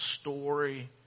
story